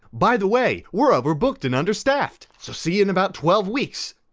by the way, we're overbooked and understaffed. so see you in about twelve weeks.